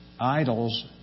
idols